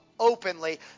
openly